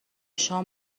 شام